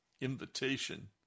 invitation